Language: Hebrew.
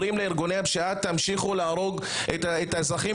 אומרים לארגוני הפשיעה "תמשיכו להרוג את האזרחים,